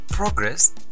Progress